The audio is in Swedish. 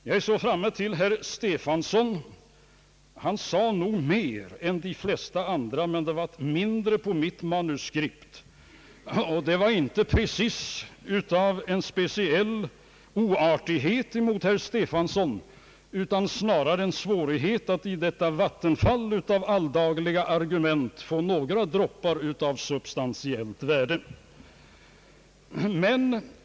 Herr Stefanson sade nog mer än de flesta andra talarna här, men jag har färre kommentarer i mitt manuskript. Det är inte fråga om en speciell oartighet mot honom, utan det beror snarare på en svårighet att i detta vattenfall av alldagliga argument få några droppar av substantielli värde.